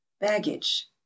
Baggage